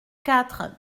quatre